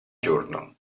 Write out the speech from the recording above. giorno